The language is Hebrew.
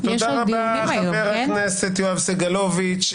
תודה רבה, חבר הכנסת יואב סגלוביץ'.